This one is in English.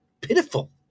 pitiful